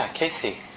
Casey